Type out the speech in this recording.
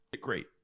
Great